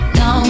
no